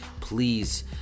Please